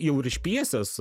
jau ir iš pjesės